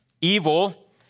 Evil